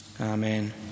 Amen